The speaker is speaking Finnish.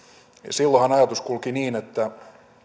silloinhan ajatus kulki niin että